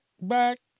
back